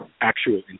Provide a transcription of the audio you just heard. actual